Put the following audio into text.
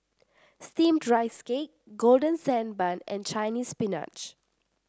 steamed Rice Cake Golden Sand Bun and Chinese Spinach